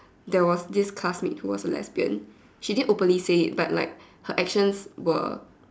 there was this classmate who was a lesbian she didn't open say it but like her actions were